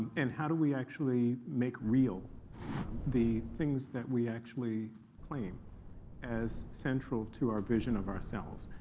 and how do we actually make real the things that we actually claim as central to our vision of ourselves?